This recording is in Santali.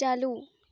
ᱪᱟᱹᱞᱩ